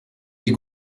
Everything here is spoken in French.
des